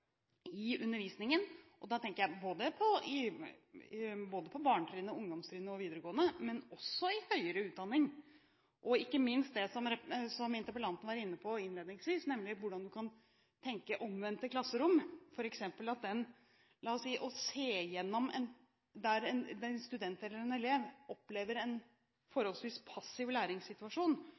i undervisningen. Da tenker jeg både på barne- og ungdomstrinnet og i videregående og også i høyere utdanning. Og ikke minst når det gjelder det som interpellanten var inne på innledningsvis, nemlig hvordan man kan tenke seg omvendte klasserom, der en student eller en elev opplever en forholdsvis passiv læringssituasjon,